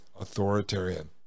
authoritarian